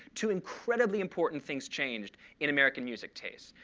two incredibly important things changed in american music taste.